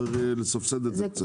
צריך לסבסד את זה.